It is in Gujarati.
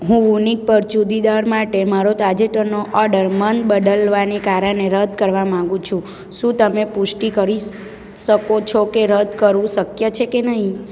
હું ઉનીકપર ચૂડીદાર માટે મારો તાજેતરનો ઓર્ડર મન બદલાવાને કારણે રદ કરવા માગું છું શું તમે પુષ્ટિ કરી શકો છો કે રદ કરવું શક્ય છે કે નહીં